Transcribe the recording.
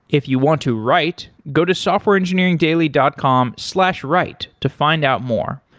if you want to write, go to softwareengineeringdaily dot com slash write to find out more.